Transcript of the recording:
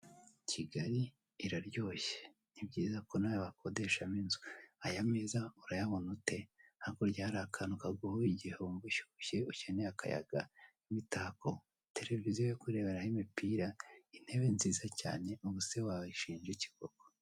Kigali iraryoshye ni byiza ko nawe wakodeshamo inzu. Aya meza urayabona ute? hakurya hari akantu kaguhuha igihe wumva ushyushye ukeneye akayaga. Imitako, televiziyo yo kureberaho imipira, intebe nziza cyane, ubu se wayishinja iki koko?